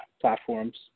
platforms